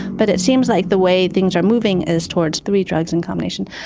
but it seems like the way things are moving is towards three drugs in combination.